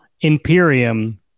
imperium